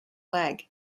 leg